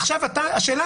עכשיו השאלה